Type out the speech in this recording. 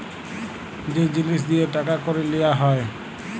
যে জিলিস দিঁয়ে টাকা কড়ি লিয়া হ্যয়